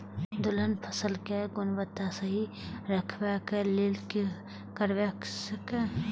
दलहन फसल केय गुणवत्ता सही रखवाक लेल की करबाक चाहि?